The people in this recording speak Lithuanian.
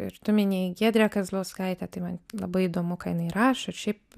ir tu minėjai giedrę kazlauskaitę tai man labai įdomu ką jinai rašo ir šiaip